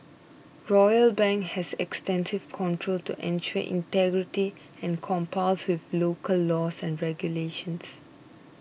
Royal Bank has extensive controls to ensure integrity and complies with local laws and regulations